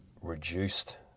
reduced